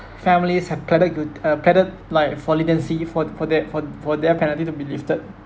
families have pleaded guilt uh pleaded like for leniency for for that for for their penalty to be lifted